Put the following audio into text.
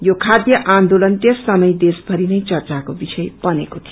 यो खाध्य आन्दोलन त्यस समय देशषरि नै चर्चाको विषय बनेको थियो